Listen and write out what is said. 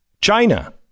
China